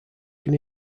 can